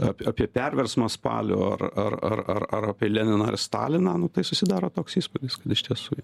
ap apie perversmą spalio ar ar ar ar ar apie leniną ar staliną nu tai susidaro toks įspūdis kad iš tiesų jie